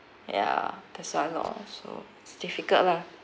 ya that's why lor so it's difficult lah